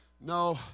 no